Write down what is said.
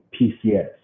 PCS